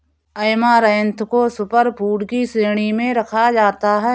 amaranth को super food की श्रेणी में भी रखा जाता है